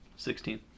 Sixteen